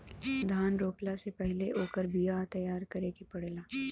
धान रोपला से पहिले ओकर बिया तैयार करे के पड़ेला